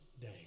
day